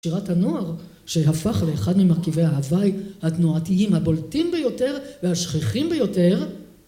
שירת הנוער, שהפך לאחד ממרכיבי ההוואי התנועתיים הבולטים ביותר והשכיחים ביותר